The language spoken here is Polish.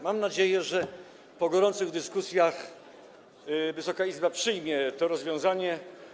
Mam nadzieję, że po gorących dyskusjach Wysoka Izba przyjmie to rozwiązanie.